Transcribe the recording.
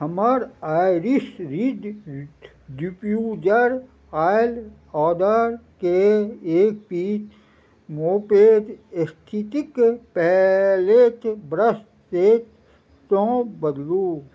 हमर iris reed diffuser oil ऑर्डरके एक पीस मोपेद स्थितिक पैलेट ब्रश सँ बदलू